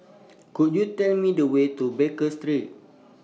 Could YOU Tell Me The Way to Baker Street